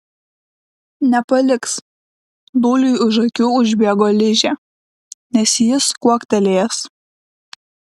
nepaliks dūliui už akių užbėgo ližė nes jis kuoktelėjęs